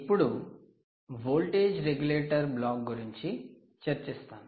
ఇప్పుడు voltage regulator block గురించి చర్చిస్తాను